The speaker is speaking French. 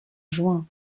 juin